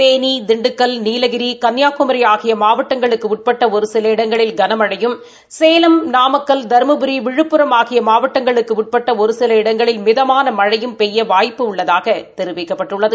தேனி திண்டுக்கல் நீலகிரி கன்னியாகுமரி ஆகிய மாவட்டங்களுக்கு உட்பட்ட ஒரு சில இடங்களில் கனமழையும் சேலம் நாமக்கல் தருமபுரி விழுப்புரம் ஆகிய மாவட்டங்களுக்கு உட்பட்ட ஒரு சில இடங்களில் மிதமான மழையும் பெய்ய வாய்ப்பு உள்ளதாக தெரிவிக்கப்பட்டுள்ளது